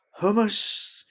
hummus